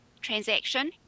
transaction